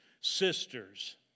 sisters